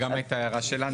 וגם את ההערה שלנו,